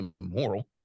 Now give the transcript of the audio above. immoral